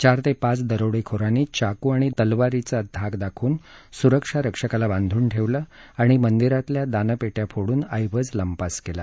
चार ते पाच दरोडेखोरांनी चाकू आणि तलवारीचा धाक दाखवून सुरक्षा रक्षकाला बांधून ठेवलं आणि मंदिरातल्या दानपेट्या फोडून ऐवज लंपास केला